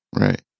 Right